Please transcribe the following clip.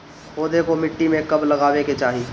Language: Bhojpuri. पौधे को मिट्टी में कब लगावे के चाही?